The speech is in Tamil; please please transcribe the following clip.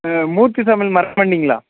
ஆ மூர்த்தி சாமில் மரமண்டிங்களா